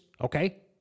okay